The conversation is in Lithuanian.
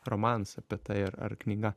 romanas apie tai ar ar knyga